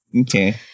Okay